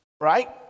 Right